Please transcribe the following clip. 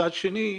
מצד שני,